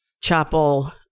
chapel